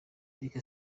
eric